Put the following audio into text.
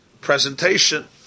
presentation